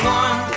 one